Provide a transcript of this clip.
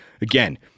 Again